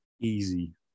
Easy